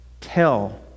tell